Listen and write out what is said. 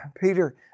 Peter